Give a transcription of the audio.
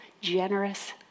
generous